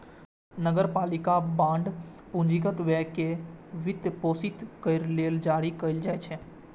नगरपालिका बांड पूंजीगत व्यय कें वित्तपोषित करै लेल जारी कैल जाइ छै